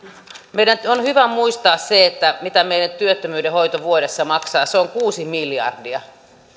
meidän on nyt hyvä muistaa se mitä meille työttömyyden hoito vuodessa maksaa se on kuusi miljardia